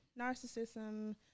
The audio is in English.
Narcissism